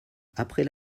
après